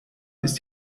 ist